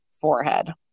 forehead